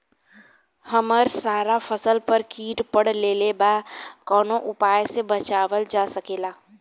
हमर सारा फसल पर कीट पकड़ लेले बा कवनो उपाय से बचावल जा सकेला?